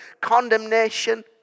condemnation